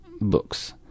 books